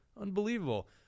Unbelievable